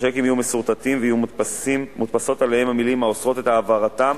הצ'קים יהיו מסורטטים ויהיו מודפסות עליהם המלים האוסרות את העברתם,